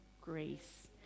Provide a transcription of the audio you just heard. grace